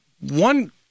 One